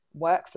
workflow